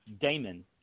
Damon